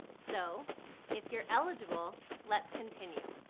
so if you are eligible, let's continue.